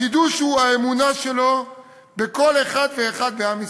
החידוש הוא האמונה שלו בכל אחד ואחד בעם ישראל.